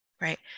right